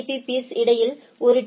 பீ பீர்ஸ் இடையில் ஒரு டி